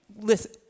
Listen